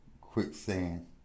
quicksand